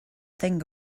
thing